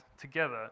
together